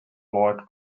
lloyd